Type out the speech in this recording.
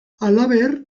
halaber